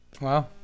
Wow